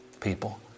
people